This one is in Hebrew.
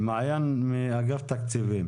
היא מאגף התקציבים